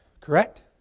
correct